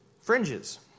Fringes